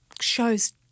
shows